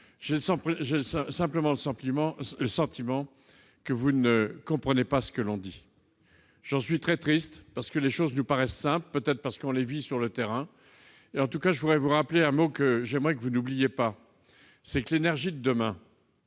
j'ai le sentiment que vous ne comprenez pas ce que nous disons. J'en suis très triste, parce que les choses nous paraissent simples, peut-être parce que nous les vivons sur le terrain. Je voudrais vous rappeler un mot que j'aimerais que vous n'oubliiez pas : bouquet. L'énergie de demain,